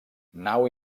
nau